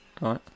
Right